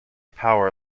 power